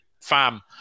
Fam